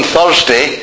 Thursday